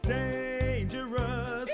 dangerous